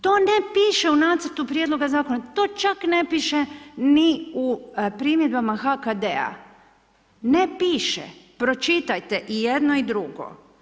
To ne piše u nacrtu prijedloga zakona, to čak ne piše ni u primjedbama HKD-a, ne piše, pročitajte i jedno i drugo.